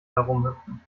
herumhüpfen